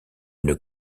une